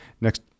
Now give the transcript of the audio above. next